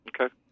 Okay